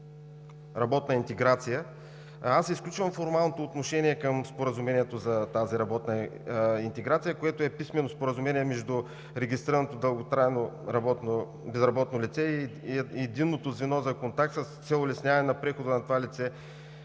работната интеграция. Изключвам формалното отношение към споразумението за тази работна интеграция, което е писмено споразумение между регистрираното дълготрайно безработно лице и Единното звено за контакт с цел улесняване прехода на това лице